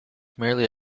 merely